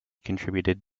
contributed